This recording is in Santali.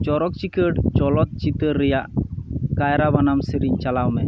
ᱪᱚᱨᱚᱠ ᱪᱤᱠᱟᱹᱲ ᱪᱚᱞᱚᱛ ᱪᱤᱛᱟᱹᱨ ᱨᱮᱭᱟᱜ ᱠᱟᱭᱨᱟ ᱵᱟᱱᱟᱢ ᱥᱮᱨᱮᱧ ᱪᱟᱞᱟᱣ ᱢᱮ